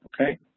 Okay